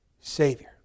Savior